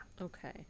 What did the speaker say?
Okay